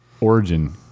Origin